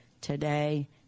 today